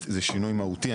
זה שינוי מהותי.